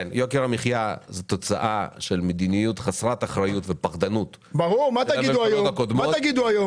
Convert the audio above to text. יוקר המחיה הוא תוצאה של מדיניות חסרת אחריות ופחדנות בממשלות הקודמות.